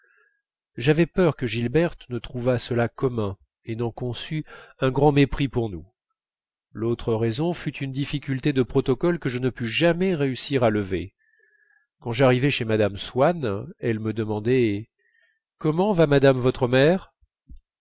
j'avais peur que gilberte ne trouvât cela commun et n'en conçût un grand mépris pour nous l'autre raison fut une difficulté de protocole que je ne pus jamais réussir à lever quand j'arrivais chez mme swann elle me demandait comment va madame votre mère